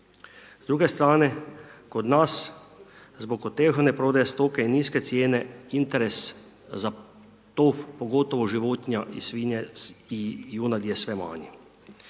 S druge strane, kod nas zbog otežane prodaje stoke i niske cijene, interes za tov, pogotovo životinja i svinja i junadi je sve manji.